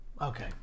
okay